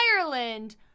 Ireland